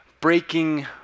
Breaking